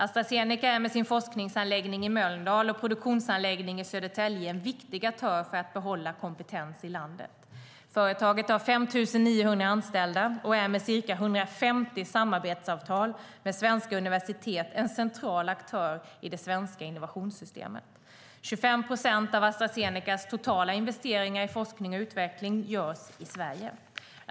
Astra Zeneca är med sin forskningsanläggning i Mölndal och produktionsanläggning i Södertälje en viktig aktör för att behålla kompetens i landet. Företaget har 5 900 anställda och är med ca 150 samarbetsavtal med svenska universitet en central aktör i det svenska innovationssystemet. 25 procent av Astra Zenecas totala investeringar i forskning och utveckling görs i Sverige.